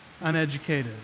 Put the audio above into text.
uneducated